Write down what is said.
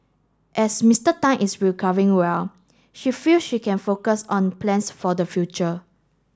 as Mister Tan is recovering well she feel she can focus on plans for the future